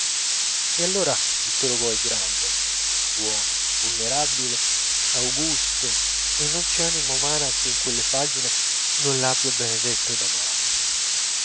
e allora vittor hugo è grande buono venerabile augusto e non c'è anima umana che in quelle pagine non l'abbia benedetto ed amato